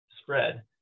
spread